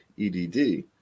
EDD